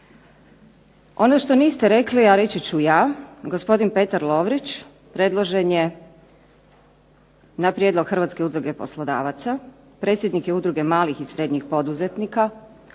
Ono što niste rekli, a reći ću ja, gospodin Petar Lovrić predložen je na prijedlog Hrvatske u druge poslodavaca. Predsjednik je Udruge malih i srednjih poduzetnika,